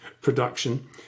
production